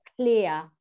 clear